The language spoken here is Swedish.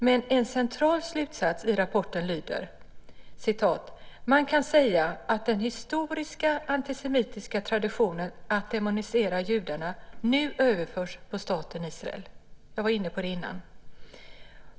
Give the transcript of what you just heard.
Men en central slutsats i rapporten lyder: "Man kan säga att den historiska antisemitiska traditionen att demonisera judarna nu överförs på staten Israel." Jag var inne på det förut.